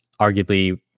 arguably